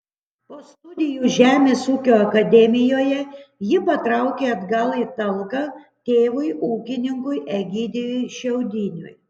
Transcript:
po studijų žemės ūkio akademijoje ji patraukė atgal į talką tėvui ūkininkui egidijui šiaudiniui